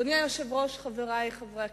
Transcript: אדוני היושב-ראש, חברי חברי הכנסת,